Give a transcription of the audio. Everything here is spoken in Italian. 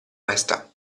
maestà